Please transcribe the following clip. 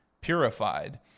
purified